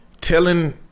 telling